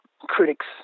critics